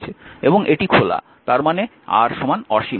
এবং এটি খোলা তাই এর মানে R অসীম